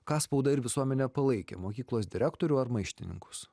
ką spauda ir visuomenė palaikė mokyklos direktorių ar maištininkus